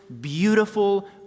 beautiful